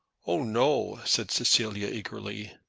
oh, no, said cecilia, eagerly.